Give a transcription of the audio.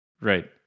right